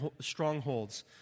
strongholds